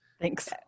Thanks